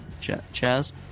Chaz